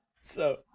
so-